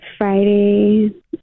Friday